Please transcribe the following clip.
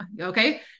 Okay